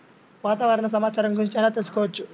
వాతావరణ సమాచారం గురించి ఎలా తెలుసుకోవచ్చు?